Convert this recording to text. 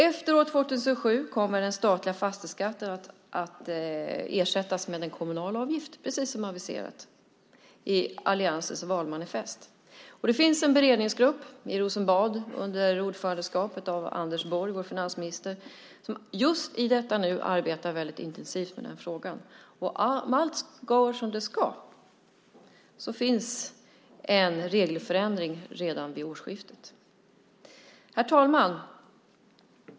Efter år 2007 kommer den statliga fastighetsskatten att ersättas med en kommunal avgift, precis som har aviserats i alliansens valmanifest. Det finns en beredningsgrupp i Rosenbad under ordförandeskap av vår finansminister Anders Borg som just i detta nu arbetar väldigt intensivt med denna fråga. Och om allt går som det ska så finns det en regelförändring redan vid årsskiftet. Herr talman!